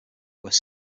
where